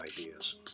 ideas